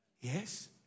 Yes